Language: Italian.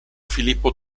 filippo